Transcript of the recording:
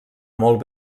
molt